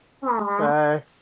Bye